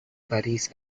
parís